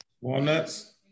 Walnuts